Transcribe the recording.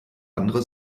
andere